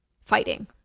fighting